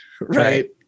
Right